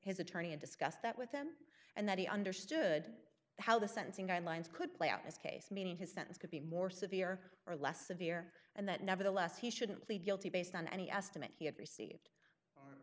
his attorney and discussed that with them and that he understood how the sentencing guidelines could play out this case meaning his sentence could be more severe or less severe and that nevertheless he shouldn't plead guilty based on any estimate he had received